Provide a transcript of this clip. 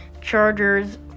Chargers